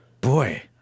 boy